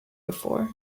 before